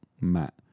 Matt